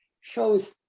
shows